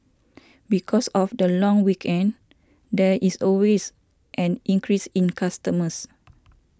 because of the long weekend there is always an increase in customers